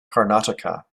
karnataka